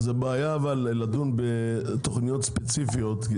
זאת בעיה לדון בתוכניות ספציפיות.